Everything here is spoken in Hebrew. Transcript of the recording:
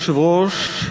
אדוני היושב-ראש,